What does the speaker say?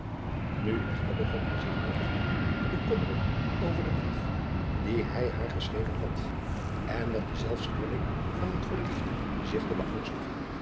nu echter begon hij zich meer of min te bekommeren over den brief dien hij baar geschreven had en met de zelfskwelling van een verliefden zich te beangstigen